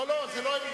לא, לא, זו לא עמדה.